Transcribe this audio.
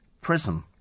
prison